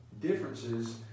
differences